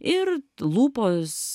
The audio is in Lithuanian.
ir lūpos